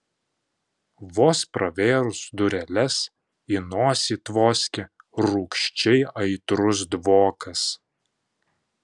vos pravėrus dureles į nosį tvoskė rūgščiai aitrus dvokas